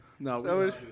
No